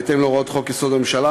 בהתאם להוראות חוק-יסוד: הממשלה,